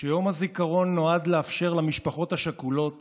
שיום הזיכרון נועד לאפשר למשפחות השכולות